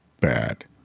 bad